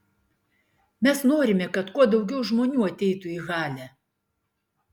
mes norime kad kuo daugiau žmonių ateitų į halę